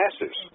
masses